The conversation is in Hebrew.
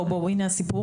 בואו, בואו, הינה הסיפור